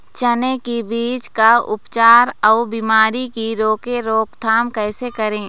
चने की बीज का उपचार अउ बीमारी की रोके रोकथाम कैसे करें?